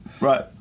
right